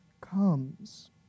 comes